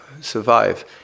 survive